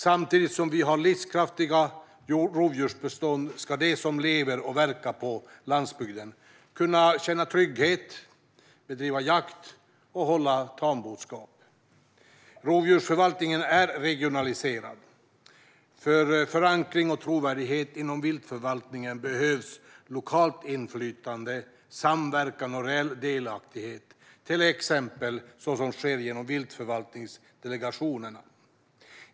Samtidigt som vi har livskraftiga rovdjursbestånd ska de som lever och verkar på landsbygden kunna känna trygghet, bedriva jakt och hålla tamboskap. Rovdjursförvaltningen är regionaliserad. För förankring och trovärdighet inom viltförvaltningen behövs lokalt inflytande, samverkan och reell delaktighet, till exempel så som sker genom viltförvaltningsdelegationerna.